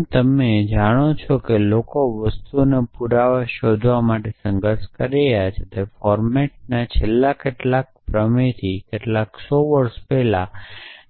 જેમ તમે જાણો છો કે લોકો વસ્તુઓના પુરાવા શોધવા માટે સંઘર્ષ કરી રહ્યા છે ફર્મેટના છેલ્લા કેટલાક પ્રમેયથી કેટલાક સો વર્ષ પહેલાં